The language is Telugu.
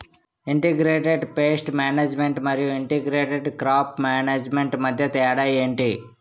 ఇంటిగ్రేటెడ్ పేస్ట్ మేనేజ్మెంట్ మరియు ఇంటిగ్రేటెడ్ క్రాప్ మేనేజ్మెంట్ మధ్య తేడా ఏంటి